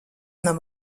nav